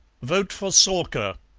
vote for soarker,